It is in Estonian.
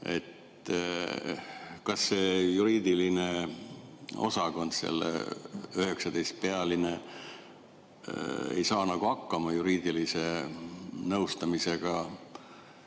Kas see juriidiline osakond, see 19‑pealine, ei saa hakkama juriidilise nõustamisega?